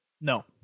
No